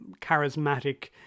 charismatic